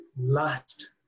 last